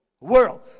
world